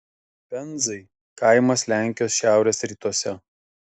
penzai kaimas lenkijos šiaurės rytuose